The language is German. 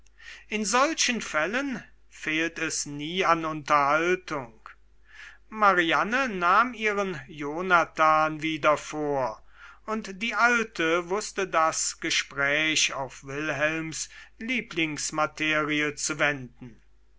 in solchen fällen fehlt es nie an unterhaltung mariane nahm ihren jonathan wieder vor und die alte wußte das gespräch auf wilhelms lieblingsmaterie zu wenden